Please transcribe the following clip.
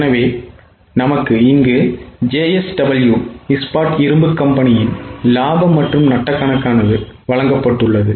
எனவே நமக்கு JSW Ispat இரும்பு கம்பெனியின் லாப மற்றும் நட்ட கணக்கு ஆனது வழங்கப்பட்டுள்ளது